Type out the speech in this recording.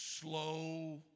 Slow